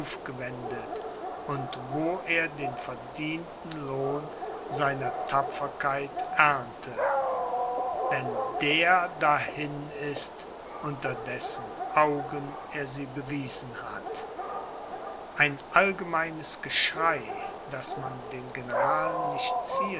und wo er den verdienten lohn seiner tapferkeit ernte wenn der dahin ist unter dessen augen er sie bewiesen hat ein allgemeines geschrei daß man den general nicht